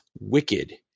Wicked